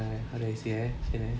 err how do I say ah ya